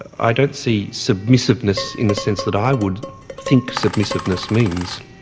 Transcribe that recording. i don't see submissiveness in the sense that i would think submissiveness means.